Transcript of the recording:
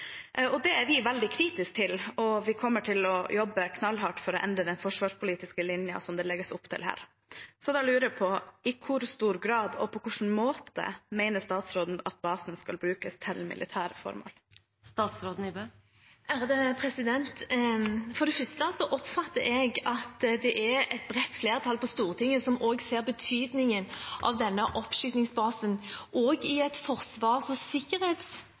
og vi kommer til å jobbe knallhardt for å endre den forsvarspolitiske linjen som det legges opp til her. Så da lurer jeg på: I hvor stor grad og på hvilken måte mener statsråden at basen skal brukes til militære formål? For det første oppfatter jeg at det er et bredt flertall på Stortinget som ser betydningen av denne oppskytingsbasen også i et forsvars- og sikkerhetsaspekt. Det er også en del av den strategiske tenkningen på de områdene. Så det er helt riktig som